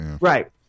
Right